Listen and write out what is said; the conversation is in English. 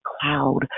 cloud